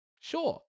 sure